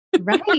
Right